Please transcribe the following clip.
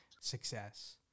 success